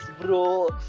bro